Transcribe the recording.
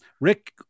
Rick